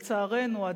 לצערנו,